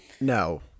No